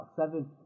seven